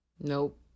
Nope